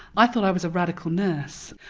i thought i was a radical nurse,